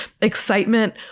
excitement